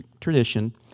tradition